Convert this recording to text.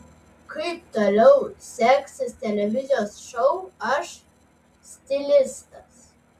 kaip toliau seksis televizijos šou aš stilistas